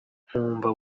nkumva